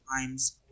times